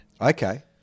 Okay